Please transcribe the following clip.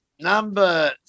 number